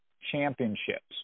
championships